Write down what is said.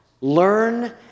learn